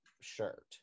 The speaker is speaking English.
shirt